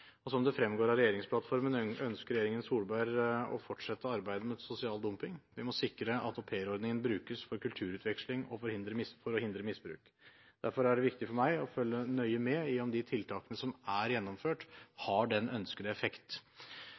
Som det fremgår av regjeringsplattformen, ønsker regjeringen Solberg å fortsette arbeidet mot sosial dumping. Vi må sikre at aupairordningen brukes for kulturutveksling, og forhindre misbruk. Derfor er det viktig for meg å følge nøye med i om de tiltakene som er gjennomført, har den ønskede effekt.